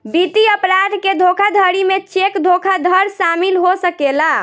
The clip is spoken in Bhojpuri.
वित्तीय अपराध के धोखाधड़ी में चेक धोखाधड़ शामिल हो सकेला